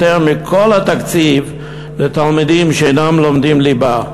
יותר מכל התקציב לתלמידים שאינם לומדים ליבה.